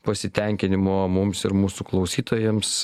pasitenkinimo mums ir mūsų klausytojams